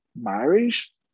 marriage